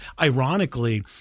ironically